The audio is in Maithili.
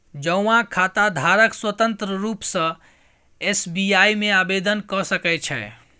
जौंआँ खाताधारक स्वतंत्र रुप सँ एस.बी.आइ मे आवेदन क सकै छै